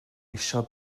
eisiau